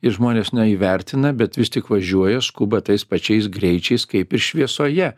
ir žmonės neįvertina bet vis tik važiuoja skuba tais pačiais greičiais kaip ir šviesoje